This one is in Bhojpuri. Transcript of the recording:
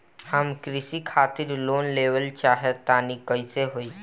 हम कृषि खातिर लोन लेवल चाहऽ तनि कइसे होई?